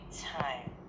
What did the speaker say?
time